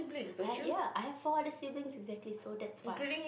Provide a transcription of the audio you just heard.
I have ya I have four other siblings exactly so that's why